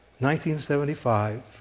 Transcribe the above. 1975